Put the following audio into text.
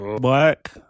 Black